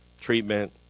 treatment